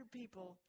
people